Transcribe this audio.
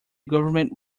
government